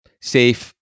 safe